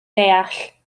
deall